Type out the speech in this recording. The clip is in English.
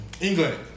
England